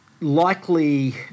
likely